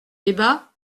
débat